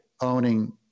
owning